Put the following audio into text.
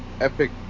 epic